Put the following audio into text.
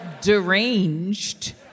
deranged